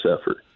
effort